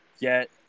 get